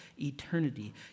eternity